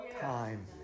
time